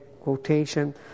quotation